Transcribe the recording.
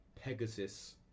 Pegasus